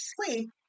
sleep